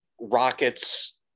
Rockets